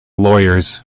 lawyers